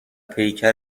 پیکر